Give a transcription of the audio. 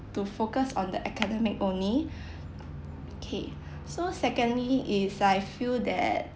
to focus on the academic only K so secondly is I feel that